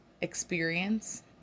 experience